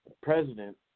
president